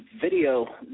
video